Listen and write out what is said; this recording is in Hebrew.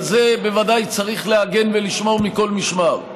על זה בוודאי צריך להגן ולשמור מכל משמר.